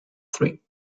three